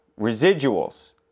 residuals